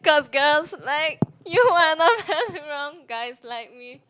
cause girls like you are not that strong guys like me